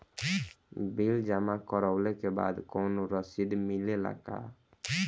Bill जमा करवले के बाद कौनो रसिद मिले ला का?